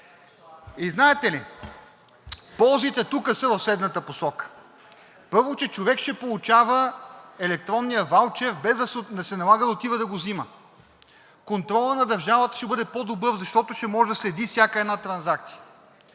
И знаете ли, ползите тук са в следната посока: първо, че човек ще получава електронния ваучер, без да се налага да отива да го взима, контролът на държавата ще бъде по-добър, защото ще може да следи всяка една транзакция,